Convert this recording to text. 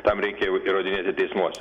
tam reikia jau įrodinėti teismuos